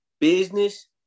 Business